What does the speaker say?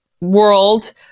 world